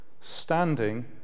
Standing